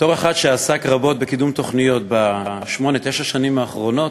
בתור אחד שעסק רבות בקידום תוכניות בשמונה-תשע השנים האחרונות,